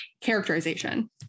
characterization